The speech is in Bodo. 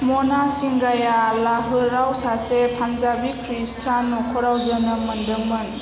मना सिंघाया लाहोराव सासे पान्जाबी ख्रीष्टान नख'राव जोनोम मोन्दोंमोन